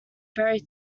very